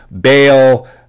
bail